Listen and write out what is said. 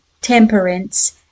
temperance